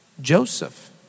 Joseph